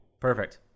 Perfect